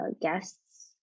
guests